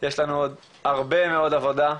יש לנו עוד הרבה מאוד עבודה.